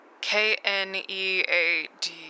K-N-E-A-D